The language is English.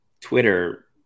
Twitter